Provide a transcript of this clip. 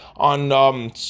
on